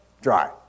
dry